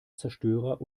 zerstörer